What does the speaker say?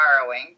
borrowing